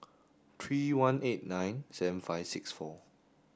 three one eight nine seven five six four